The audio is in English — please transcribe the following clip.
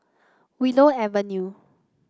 Willow Avenue